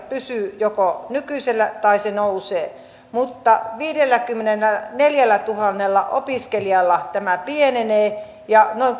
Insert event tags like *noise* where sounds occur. *unintelligible* pysyy joko nykyisellään tai nousee mutta viidelläkymmenelläneljällätuhannella opiskelijalla tämä pienenee ja noin *unintelligible*